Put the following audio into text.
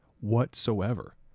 whatsoever